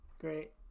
great